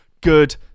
good